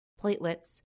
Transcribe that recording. platelets